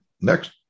Next